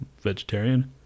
vegetarian